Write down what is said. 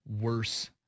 worse